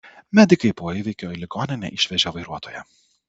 medikai po įvykio į ligoninę išvežė vairuotoją